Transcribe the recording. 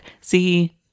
See